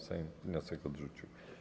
Sejm wniosek odrzucił.